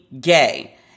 gay